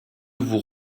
vous